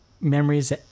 memories